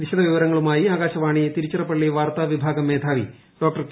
വിശദവിവരങ്ങളുമായി ആക്ടാശവാണി തിരുച്ചിറപ്പള്ളി വാർത്താ വിഭാഗം മേധാവി ഡോട്ട്ക്ക്